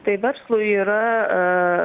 tai verslui yra